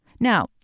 Now